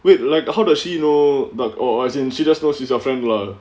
wait like how does she know dak~ oh as in she just know she's your friend lah